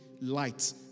light